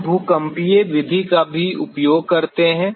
हम भूकंपीय विधि का भी उपयोग करते हैं